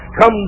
come